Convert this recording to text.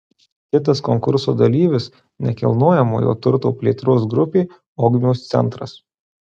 kitas konkurso dalyvis nekilnojamojo turto plėtros grupė ogmios centras